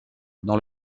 dans